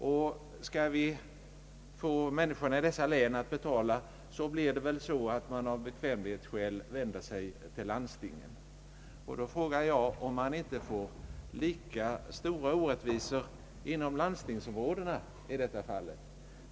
Om man skall förmå människorna i dessa län att betala blir det väl så att man av bekvämlighetsskäl vänder sig till landstingen. Då frågar jag mig om man inte får lika stora orättvisor inom landstingsområdena.